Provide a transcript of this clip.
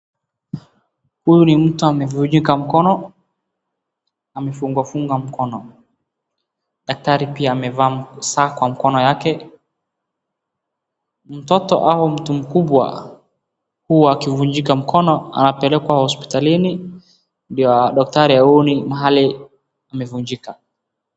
Huyu ni mtu amevunjika mkono, amefungwa funga mkono. Daktari pia amevaa saa kwa mkono yale. Mtoto au mtu mkubwa hua akivunjika mkono anapelekwa hospitalini ndiyo daktari aone mahali amevunjika.